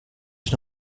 ich